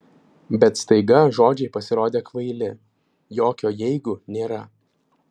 bet staiga žodžiai pasirodė kvaili jokio jeigu nėra